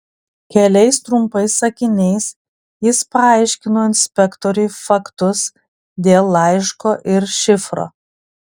keliais trumpais sakiniais jis paaiškino inspektoriui faktus dėl laiško ir šifro